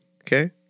Okay